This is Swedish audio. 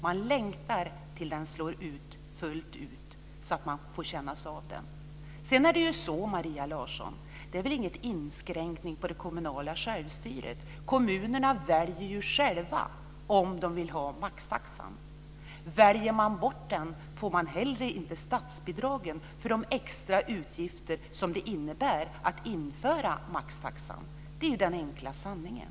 Man längtar efter att den slår fullt ut, så att man får känna av den. Sedan, Maria Larsson, är det väl ingen inskränkning av det kommunala självstyret? Kommunerna väljer ju själva om de vill ha maxtaxan. Väljer man bort den får man inte heller statsbidrag för de extra utgifter som det innebär att införa maxtaxa. Det är den enkla sanningen.